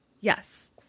Yes